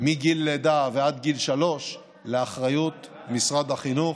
מגיל לידה ועד גיל שלוש לאחריות משרד החינוך.